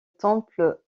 temple